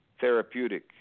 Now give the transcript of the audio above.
Therapeutic